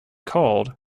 called